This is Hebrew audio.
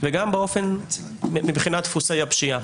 וגם מבחינת דפוסי הפשיעה.